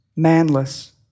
Manless